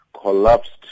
collapsed